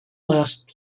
last